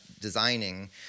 designing